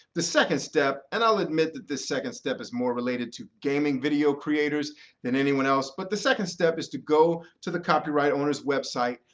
the second step and i'll admit that this second step is more related to gaming video creators than anyone else but the second step is to go to the copyright owner's website,